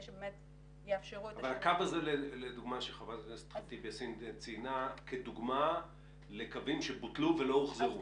אבל הקו הזה שח"כ ח'טיב יאסין ציינה כדוגמה לקויים שבוטלו ולא הוחזרו.